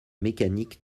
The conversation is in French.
mécanique